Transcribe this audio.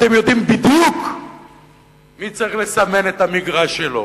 אתם יודעים בדיוק מי צריך לסמן את המגרש שלו,